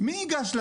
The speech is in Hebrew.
שניגש.